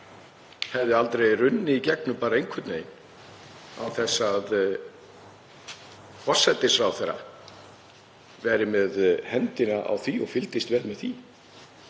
hefði aldrei runnið í gegn, bara einhvern veginn og án þess að forsætisráðherra væri með höndina á því og fylgdist vel með því.